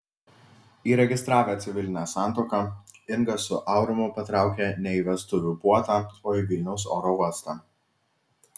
įregistravę civilinę santuoką inga su aurimu patraukė ne į vestuvių puotą o į vilniaus oro uostą